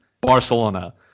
Barcelona